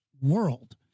world